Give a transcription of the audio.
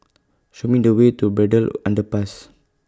Show Me The Way to Braddell Underpass